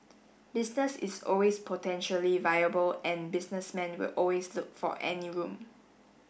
business is always potentially viable and businessmen will always look for any room